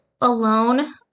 alone